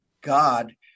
god